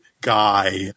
guy